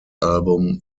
album